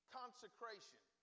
consecration